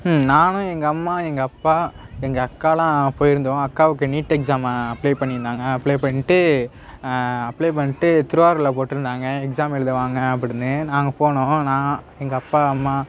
நானும் எங்கள் அம்மா எங்கள் அப்பா எங்க அக்காலாம் போயிருந்தோம் அக்காவுக்கு நீட் எக்ஸாம் அப்ளை பண்ணியிருந்தாங்க அப்ளை பண்ணிட்டு அப்ளை பண்ணிட்டு திருவாரூரில் போட்டுருந்தாங்க எக்ஸாம் எழுத வாங்க அப்படினு நாங்கள் போனோம் நான் எங்கள் அப்பா அம்மா